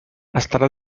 estarà